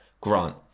Grant